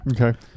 Okay